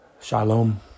Shalom